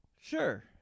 sure